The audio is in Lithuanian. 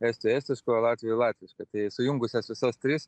estijoj estiška o latvijoj latviška tai sujungus jas visas tris